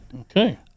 Okay